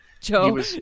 Joe